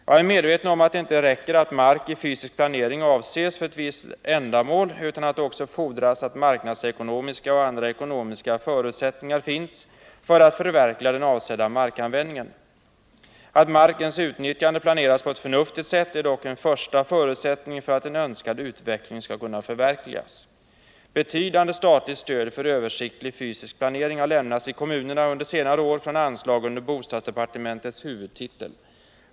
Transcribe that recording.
Jag är medveten om att det inte räcker att mark i fysisk planering avses för ett visst ändamål utan att det också fordras att marknadsmässiga och andra ekonomiska förutsättningar finns för att förverkliga den avsedda markanvändningen. Att markens utnyttjande planeras på ett förnuftigt sätt är dock en första förutsättning för att en önskad utveckling skall kunna förverkligas. Betydande statligt stöd för översiktlig fysisk planering har lämnats till kommunerna under senare år från anslag under bostadsdepartementets huvudtitel.